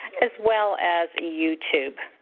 as well as youtube.